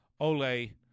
Ole